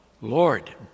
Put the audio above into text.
Lord